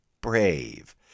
brave